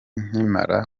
nkimara